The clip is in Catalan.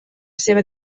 seva